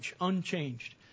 Unchanged